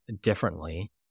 differently